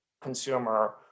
consumer